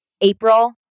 April